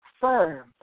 firm